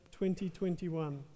2021